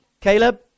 Caleb